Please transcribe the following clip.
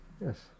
Yes